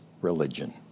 religion